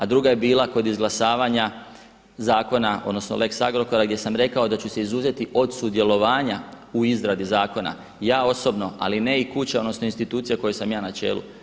A druga je bila kod izglasavanja zakona, odnosno lex Agrokora gdje sam rekao da ću se izuzeti od sudjelovanja u izradi zakona ja osobno ali ne i kuća, odnosno institucija kojoj sam ja na čelu.